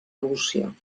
rússia